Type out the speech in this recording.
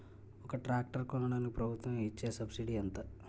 ఒక ట్రాక్టర్ కొనడానికి ప్రభుత్వం ఇచే సబ్సిడీ ఎంత?